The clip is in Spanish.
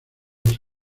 los